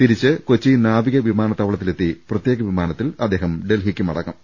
തിരിച്ച് കൊച്ചി നാവിക വിമാനത്താവളത്തിലെത്തി പ്രത്യേക വിമാനത്തിൽ ഡൽഹിക്ക് മടങ്ങും